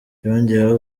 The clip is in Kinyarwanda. yongeye